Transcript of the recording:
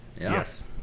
Yes